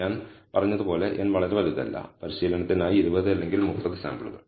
ഞാൻ പറഞ്ഞതുപോലെ n വളരെ വലുതല്ല പരിശീലനത്തിനായി 20 അല്ലെങ്കിൽ 30 സാമ്പിളുകൾ